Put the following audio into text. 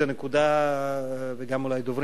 וגם אולי דוברים אחרים,